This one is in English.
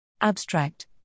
Abstract